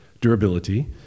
durability